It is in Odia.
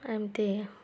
ଏମିତି ଆଉ